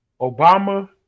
Obama